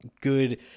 good